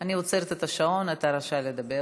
אני עוצרת את השעון, אתה רשאי לדבר.